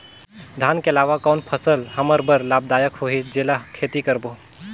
धान के अलावा कौन फसल हमर बर लाभदायक होही जेला खेती करबो?